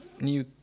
new